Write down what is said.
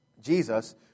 Jesus